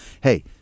hey